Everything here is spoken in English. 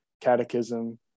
catechism